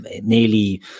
Nearly